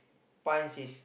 punch his